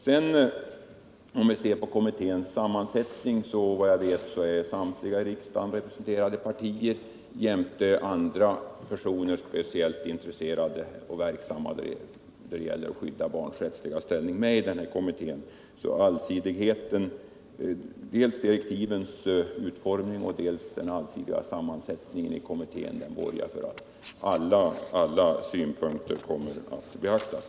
Beträffande kommitténs sammansättning vill jag framhålla att samtliga riksdagspartier är representerade. Även personer som inte tillhör riksdagen men som är särskilt intresserade för och verksamma i arbetet på att skydda barns rättsliga ställning deltar i kommitténs arbete. Dels direktivens utformning, dels kommitténs allsidiga sammansättning borgar således för att alla synpunkter kommer att beaktas.